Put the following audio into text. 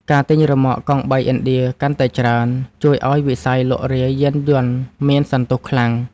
ការទិញរ៉ឺម៉កកង់បីឥណ្ឌាកាន់តែច្រើន ជួយឱ្យវិស័យលក់រាយយានយន្តមានសន្ទុះខ្លាំង។